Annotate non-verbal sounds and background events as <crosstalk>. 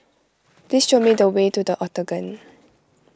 please show me the <noise> way to the Octagon